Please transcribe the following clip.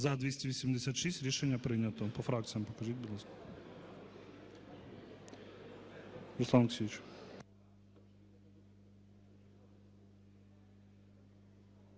За-286 Рішення прийнято. По фракціях покажіть, будь ласка. Руслан Олексійович.